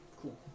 cool